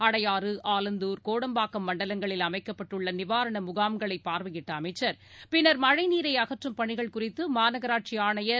அடையாறு ஆலந்தூர் கோடம்பாக்கம் மண்டலங்களில் அமைக்கப்பட்டுள்ள நிவாரண முகாம்களை பார்வையிட்ட அமைச்சர் பின்னர் மழை நீரை அகற்றும் பணிகள் குறித்து மாநகராட்சி ஆணையர்